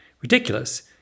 ridiculous